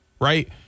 right